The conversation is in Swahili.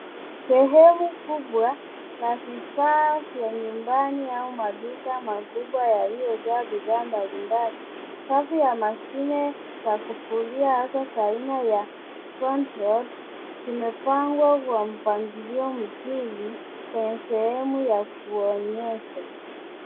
Sehemu kubwa, la vifaa vya nyumbani au maduka makubwa yaliyojaa bidhaa mbalimbali. Safu ya mashine za kufulia hasa za aina ya [csfrench ford zimepangwa wa mpangilio mzuri ,kwenye sehemu ya kuonyesha